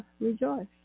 rejoice